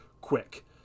quick